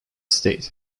state